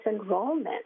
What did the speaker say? enrollment